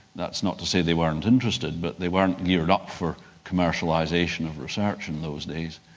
that's not to say they weren't interested but they weren't geared up for commercialization of research in those days.